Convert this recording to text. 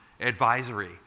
advisory